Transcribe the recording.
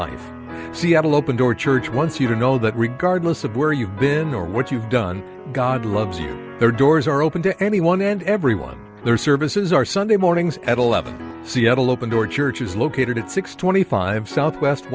life seattle open door church once you know that regardless of where you've been or what you've done god loves you there doors are open to anyone and everyone their services are sunday mornings at eleven seattle open door church is located at six twenty five south west